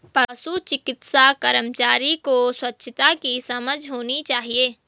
पशु चिकित्सा कर्मचारी को स्वच्छता की समझ होनी चाहिए